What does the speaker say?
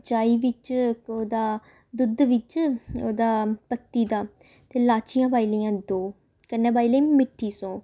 चाही बिच्च ओह्दा दुद्ध बिच्च ओह्दा पत्ती दा ते लाचियां पाई लेइयां दो कन्नै पाई लेई मिट्ठी सौंफ